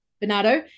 Bernardo